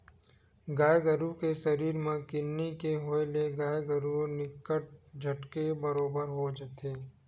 गाय गरु के सरीर म किन्नी के होय ले गाय गरु ह निच्चट झटके बरोबर हो जाथे